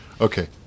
Okay